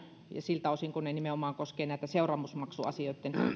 siltä osin kun ne nimenomaan koskevat näitä seuraamusmaksuasioitten